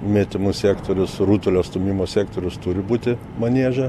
metimų sektorius rutulio stūmimo sektorius turi būti manieže